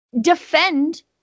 defend